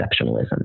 exceptionalism